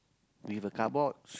with a card box